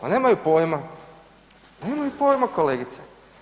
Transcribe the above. Pa nemaju pojma, nemaju pojma kolegice.